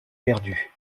perdue